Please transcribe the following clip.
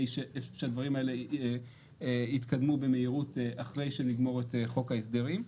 שהדברים האלו יתקדמו במהירות אחרי שנגמור את חוק ההסדרים.